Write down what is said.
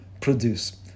produce